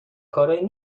کارایی